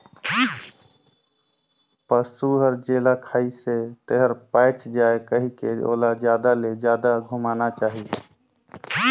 पसु हर जेला खाइसे तेहर पयच जाये कहिके ओला जादा ले जादा घुमाना चाही